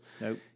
Nope